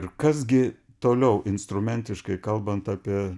ir kas gi toliau instrumentiškai kalbant apie